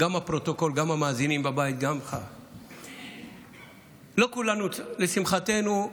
הפרוטוקול וגם המאזינים בבית, לא כולנו, לשמחתנו,